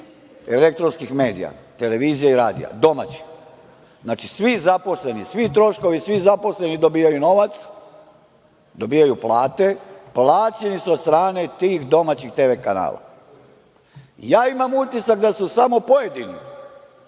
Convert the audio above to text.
elektronskih medija, televizije i radija, domaćih. Znači, svi zaposleni dobijaju novac, dobijaju plate, plaćeni su od strane tih domaćih TV kanala. Imam utisak da su samo pojedini